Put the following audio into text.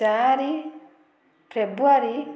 ଚାରି ଫେବୃଆରୀ